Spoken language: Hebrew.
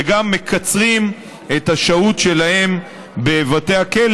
וגם מקצרים את השהות שלהם בבתי הכלא